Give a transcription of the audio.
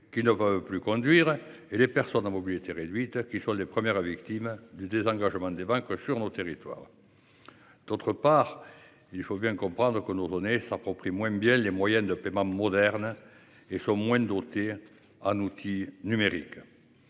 qu'une heure plus conduire et les personnes à mobilité réduite, qui sont les premières à victime du désengagement des 20 coiffure nos territoires. D'autre part il faut bien comprendre que nos données s'approprie moins bien les moyens de paiement modernes. Et sont moins dotés en outils numériques.